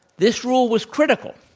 this rule was critical,